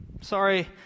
sorry